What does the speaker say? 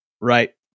Right